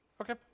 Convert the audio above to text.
Okay